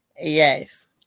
yes